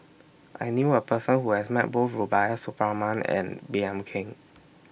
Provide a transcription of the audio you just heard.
I knew A Person Who has Met Both Rubiah Suparman and Baey Yam Keng